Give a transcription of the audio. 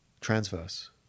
Transverse